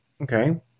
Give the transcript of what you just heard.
okay